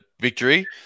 victory